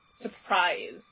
surprise